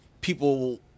people